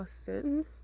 Austin